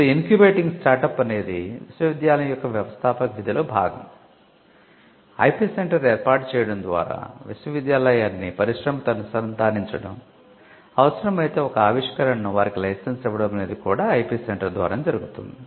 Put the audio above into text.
ఇప్పుడు incubating startup ద్వారానే జరుగుతుంది